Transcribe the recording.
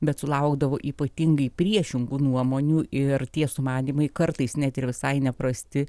bet sulaukdavo ypatingai priešingų nuomonių ir tie sumanymai kartais net ir visai neprasti